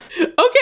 Okay